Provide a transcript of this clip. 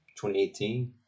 2018